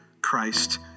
Christ